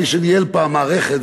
מי שניהל פעם מערכת,